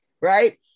Right